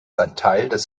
alphabets